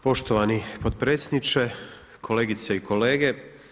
Poštovani potpredsjedniče, kolegice i kolege.